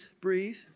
breathe